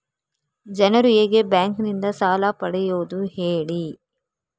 ಜನರು ಹೇಗೆ ಬ್ಯಾಂಕ್ ನಿಂದ ಸಾಲ ಪಡೆಯೋದು ಹೇಳಿ